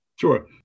Sure